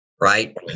right